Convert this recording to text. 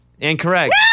Incorrect